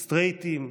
סטרייטים,